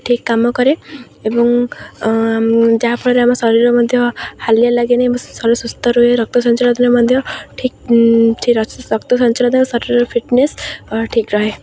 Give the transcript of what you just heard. ଠିକ୍ କାମ କରେ ଏବଂ ଯାହାଫଳରେ ଆମ ଶରୀର ମଧ୍ୟ ହାଲିଆ ଲାଗେନି ଏବଂ ଶରୀର ସୁସ୍ଥ ରୁହେ ରକ୍ତ ସଞ୍ଚାଳନରେ ମଧ୍ୟ ଠିକ୍ ରକ୍ତ ସଞ୍ଚାଳନ ଶରୀରର ଫିଟନେସ୍ ଠିକ୍ ରହେ